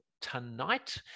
tonight